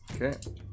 Okay